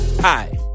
Hi